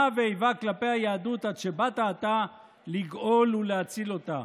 ואיבה כלפי היהדות עד שבאת אתה לגאול ולהציל אותה,